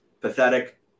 Pathetic